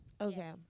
Okay